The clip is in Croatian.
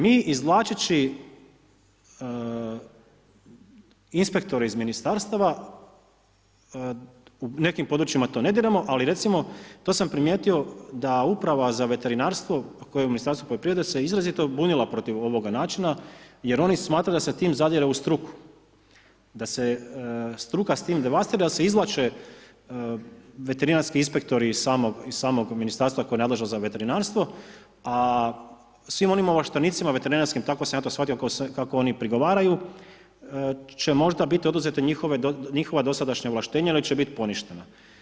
Mi izvlačeći inspektore iz ministarstava, u nekim područjima to ne diramo ali recimo, to sam primijetio da Uprava za veterinarstvo koje u Ministarstvu poljoprivrede se izrazito bunila protiv ovoga načina jer oni smatraju da se time zadire u struku, da se struka s tim devastira, da se izvlače veterinarski inspektori iz samog ministarstva koje je nadležno za veterinarstvo, a svim onim ovlaštenicima veterinarskim, tako sam ja to shvatio, kako oni prigovaraju će možda biti oduzeta njihova dosadašnja ovlaštenja ili će biti poništena.